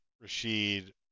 Rashid